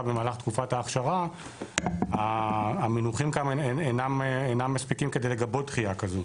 בתקופת האכשרה המינוחים כאן אינם מספיקים כדי לגבות דחייה כזאת,